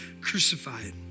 crucified